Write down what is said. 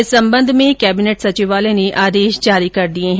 इस संबंध में कैबिनेट सचिवालय ने आदेश जारी कर दिए है